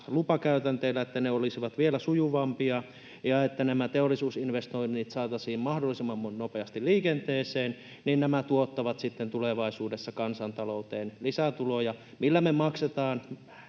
lupakäytänteet olisivat vielä sujuvampia ja että nämä teollisuusinvestoinnit saataisiin mahdollisimman nopeasti liikenteeseen, niin nämä tuottavat sitten tulevaisuudessa kansanta-louteen lisätuloja, millä me maksamme